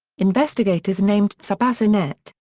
investigators named tsubasa net,